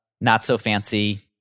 not-so-fancy